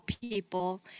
people